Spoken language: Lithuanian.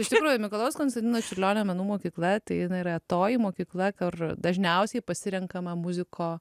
iš tikrųjų mikalojaus konstantino čiurlionio menų mokykla tai yra toji mokykla kur dažniausiai pasirenkama muziko